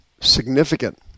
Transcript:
significant